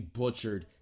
butchered